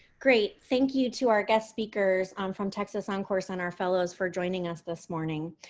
great. thank you to our guest speakers um from texas oncourse and our fellows for joining us this morning.